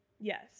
Yes